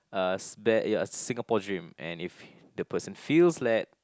uh s~ there ya Singapore dream and if the person feels that